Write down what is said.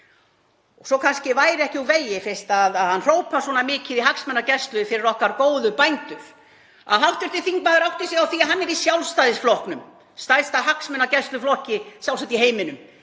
væri kannski ekki úr vegi, fyrst hann hrópar svona mikið í hagsmunagæslu fyrir okkar góðu bændur, að hv. þingmaður átti sig á því að hann er í Sjálfstæðisflokknum, stærsta hagsmunagæsluflokki sjálfsagt í heiminum,